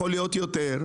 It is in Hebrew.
יכול להיות יותר,